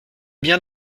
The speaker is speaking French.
bien